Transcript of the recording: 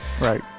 right